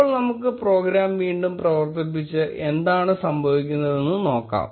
ഇപ്പോൾ നമുക്ക് പ്രോഗ്രാം വീണ്ടും പ്രവർത്തിപ്പിച്ച് എന്താണ് സംഭവിക്കുന്നതെന്ന് നോക്കാം